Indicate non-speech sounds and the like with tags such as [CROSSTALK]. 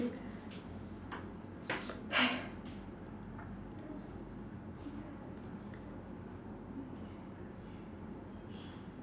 [NOISE]